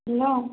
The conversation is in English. hello